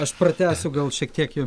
aš pratęsiu gal šiek tiek ir